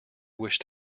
wish